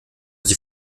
sie